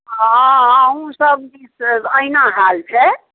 हँ अहूँसभ दिश अहिना हाल छै